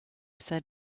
said